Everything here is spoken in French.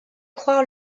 croire